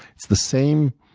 it's the same